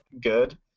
good